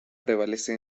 prevalece